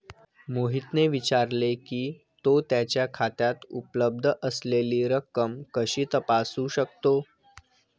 मोहितने विचारले की, तो त्याच्या खात्यात उपलब्ध असलेली रक्कम कशी तपासू शकतो?